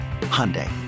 Hyundai